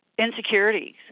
insecurities